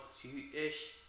two-ish